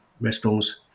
restaurants